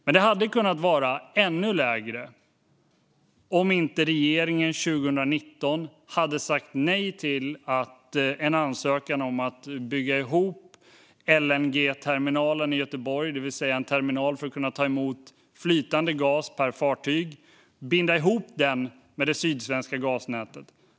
Men det hade kunnat vara ännu lägre om inte regeringen 2019 hade sagt nej till en ansökan om att binda ihop LNG-terminalen i Göteborg, en terminal för att ta emot flytande gas per fartyg, med det sydsvenska gasnätet.